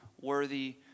worthy